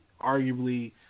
arguably